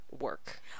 work